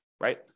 right